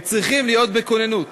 הם צריכים להיות בכוננות.